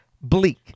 Bleak